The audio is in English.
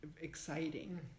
exciting